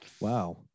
Wow